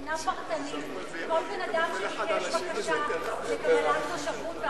בחינה פרטנית כל בן-אדם שביקש בקשה שכללה תושבות,